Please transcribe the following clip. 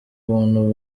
kuntu